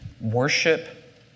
worship